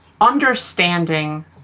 understanding